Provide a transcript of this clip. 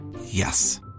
Yes